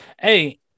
Hey